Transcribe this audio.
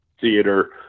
theater